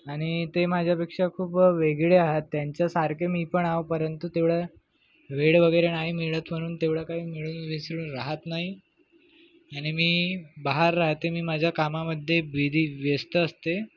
आणि ते माझ्यापेक्षा खूप वेगळे आहेत त्यांच्यासारखे मी पण आहो परंतु तेवढा वेळ वगैरे नाही मिळत म्हणून तेवढं काय मिळून मिसळून राहत नाही आणि मी बाहेर राहते मी माझ्या कामामध्ये बिजी व्यस्त असते